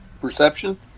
Perception